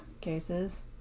cases